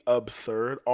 absurd